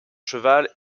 cheval